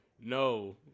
no